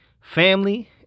family